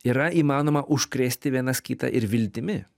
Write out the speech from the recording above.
yra įmanoma užkrėsti vienas kitą ir viltimi